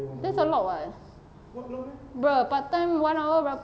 that's a lot [what] bruh part time one hour berapa